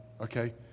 okay